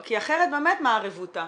כי אחרת באמת מה ערבותה?